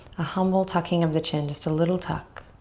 a humble tucking of the chin, just a little tuck.